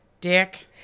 Dick